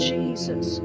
Jesus